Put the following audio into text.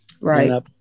Right